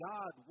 God